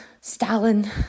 Stalin